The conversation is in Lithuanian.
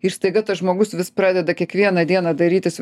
ir staiga tas žmogus vis pradeda kiekvieną dieną darytis